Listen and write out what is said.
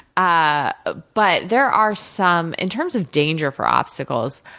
ah but, there are some. in terms of danger for obstacles,